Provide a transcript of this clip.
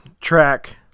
track